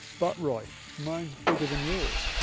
but roy mine is bigger than yours.